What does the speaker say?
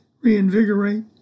reinvigorate